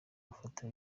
ufata